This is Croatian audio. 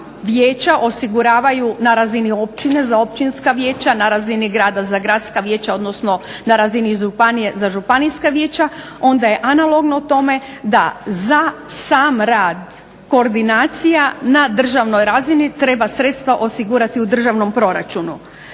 vijeća osiguravaju na razini općine za općinska vijeća, na razini grada za gradska vijeća, odnosno na razini županije za županijska vijeća onda je analogno tome da za sam rad koordinacija na državnoj razini treba sredstva osigurati u državnom proračunu.